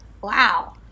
Wow